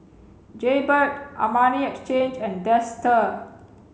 Jaybird Armani Exchange and Dester